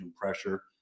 pressure